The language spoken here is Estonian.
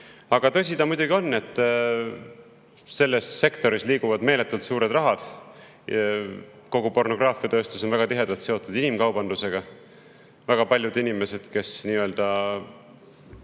Aga tõsi ta on, et selles sektoris liiguvad meeletult suured rahad. Kogu pornograafiatööstus on väga tihedalt seotud inimkaubandusega. Väga paljud inimesed, kes astuvad